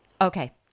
Okay